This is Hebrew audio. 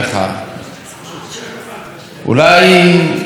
לפני שהוא ממלא את מה שהיועץ המשפטי לממשלה אמר,